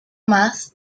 más